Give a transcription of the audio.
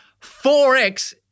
4X